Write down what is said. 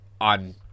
on